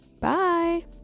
Bye